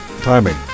timing